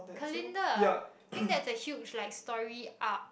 colander think that the huge like story arc